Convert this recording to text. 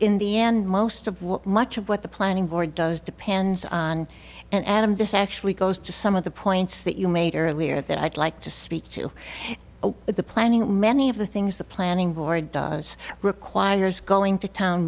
in the end most of what much of what the planning board does depends on and i'm this actually goes to some of the points that you made earlier that i'd like to speak to the planning many of the things the planning board does requires going to town